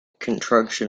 contruction